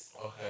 okay